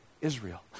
Israel